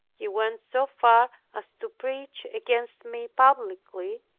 he went so far as to preach against me publicly,